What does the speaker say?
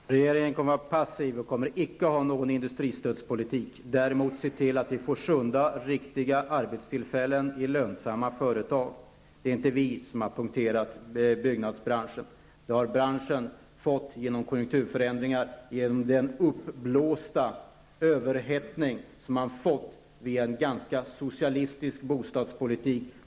Fru talman! Regeringen kommer att vara passiv och kommer icke att föra någon industristödspolitik, däremot se till att det skapas sunda, riktiga arbetstillfällen i lönsamma företag. Det är inte vi som har punkterat byggnadsbranschen. Det har skett konjunkturförändringar på grund av en uppblåst överhettning via en ganska socialistisk bostadspolitik.